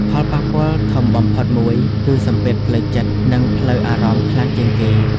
ផលប៉ះពាល់ធំបំផុតមួយគឺ សម្ពាធផ្លូវចិត្ត និងផ្លូវអារម្មណ៍ខ្លាំងជាងគេ។